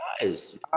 guys